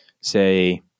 say